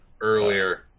Earlier